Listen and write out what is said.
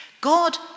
God